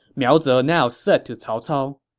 miao ze now said to cao cao,